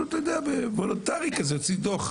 פשוט אתה יודע באופן וולונטרי כזה להוציא דו"ח.